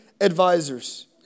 advisors